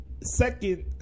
second